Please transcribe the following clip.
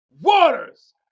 waters